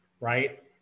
right